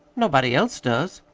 nobody else does.